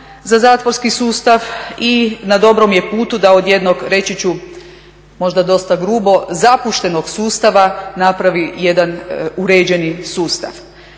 za zatvorski sustav i na dobrom je putu da od jednog reći ću možda dosta grubo zapuštenog sustava napravi jedan uređeni sustav.